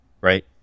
right